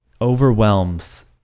overwhelms